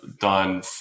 done